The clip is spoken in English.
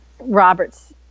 Roberts